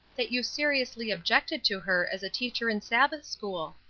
that you seriously objected to her as a teacher in sabbath-school?